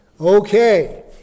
Okay